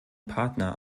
partner